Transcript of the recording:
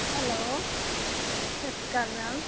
hello ਸਤਿ ਸ਼੍ਰੀ ਅਕਾਲ ਮੈਮ